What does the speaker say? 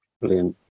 Brilliant